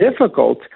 difficult